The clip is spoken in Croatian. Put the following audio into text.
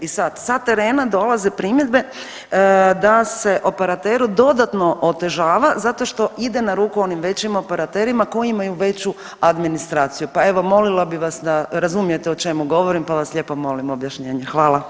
I sad sa terena dolaze primjedbe da se operateru dodatno otežava zato što ide na ruku onim većim operaterima koji imaju veću administraciju, pa evo molila bih vas da razumijete o čemu govorim, pa vas lijepo molim objašnjenje.